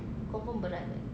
confirm berat bag